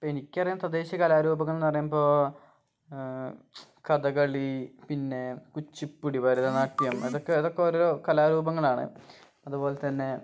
ഇപ്പം എനിക്ക് അറിയാം തദ്ദേശീയ കലാരൂപങ്ങളെന്ന് പറയുമ്പോൾ കഥകളി പിന്നെ കുച്ചിപ്പുടി ഭരതനാട്യം അതൊക്കെ അതൊക്കെ ഓരോ കലാരൂപങ്ങളാണ് അതുപോലെ തന്നെ